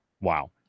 Wow